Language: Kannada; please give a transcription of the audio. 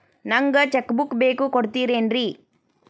ನಂಗ ಚೆಕ್ ಬುಕ್ ಬೇಕು ಕೊಡ್ತಿರೇನ್ರಿ?